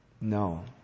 no